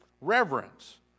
reverence